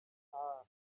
ach